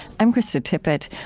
i'm krista tippett.